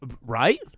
Right